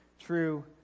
true